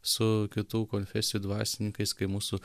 su kitų konfesijų dvasininkais kai mūsų